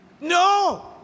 No